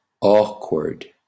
Awkward